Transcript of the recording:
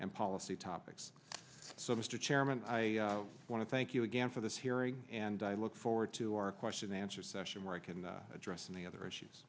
and policy topics so mr chairman i want to thank you again for this hearing and i look forward to our question answer session where i can address any other issues